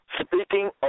speaking